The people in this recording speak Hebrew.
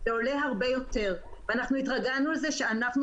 זה עולה הרבה יותר והתרגלנו לזה שאנחנו,